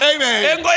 Amen